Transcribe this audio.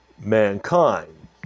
mankind